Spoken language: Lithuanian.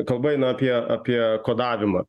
kalba eina apie apie kodavimą